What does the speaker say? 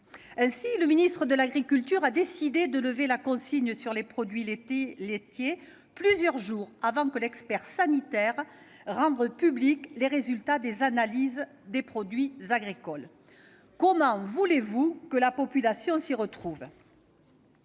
Ainsi le ministre de l'agriculture et de l'alimentation a-t-il décidé de lever la consigne sur les produits laitiers plusieurs jours avant que l'expert sanitaire rende publics les résultats des analyses des produits agricoles. Comment voulez-vous que la population s'y retrouve ?